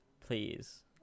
Please